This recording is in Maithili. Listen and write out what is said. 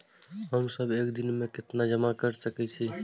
हम सब एक दिन में केतना जमा कर सके छी?